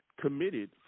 committed